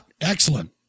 Excellent